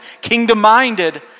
kingdom-minded